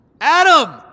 Adam